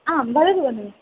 आं वदतु भगिनी